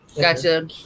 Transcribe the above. Gotcha